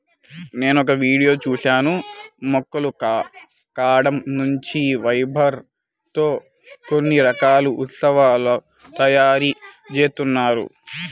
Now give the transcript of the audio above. నేనొక వీడియో చూశాను మొక్కల కాండం నుంచి ఫైబర్ తో కొన్ని రకాల ఉత్పత్తుల తయారీ జేత్తన్నారు